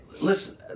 listen